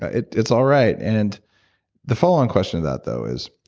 ah it's it's all right. and the following question to that though is,